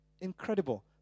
incredible